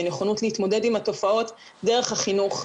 ונכונות להתמודד עם התופעות דרך החינוך.